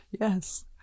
Yes